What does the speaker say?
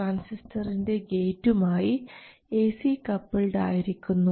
ട്രാൻസിസ്റ്ററിൻറെ ഗേറ്റും ആയി എസി കപ്പിൾഡ് ആയിരിക്കുന്നു